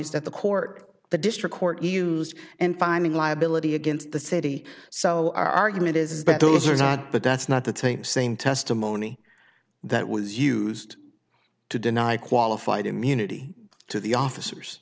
is that the court the district court used in finding liability against the city so our argument is better those are not but that's not the same testimony that was used to deny qualified immunity to the officers